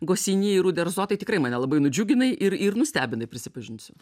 gosinį ir uderzo tai tikrai mane labai nudžiuginai ir ir nustebinai prisipažinsiu